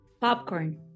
Popcorn